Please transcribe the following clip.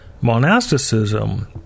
monasticism